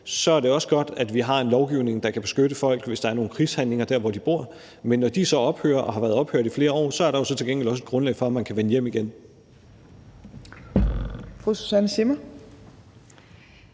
Så er det også godt, at vi har en lovgivning, der kan beskytte folk, hvis der er nogle krigshandlinger der, hvor de bor. Men når de så ophører og har været ophørt i flere år, er der til gengæld også et grundlag for, at man kan vende hjem igen.